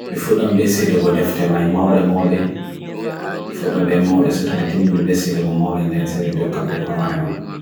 Heɓa defte ngal e lewru, haɓɓi waɗa goɗɗe e heɓa toɓɓere. Sadi ɗum, juulndi e goɗɗe ɗiɗi ngam waɗa njama. Kadi, Heɓa books ngal ngam ɓeydude ko anndu.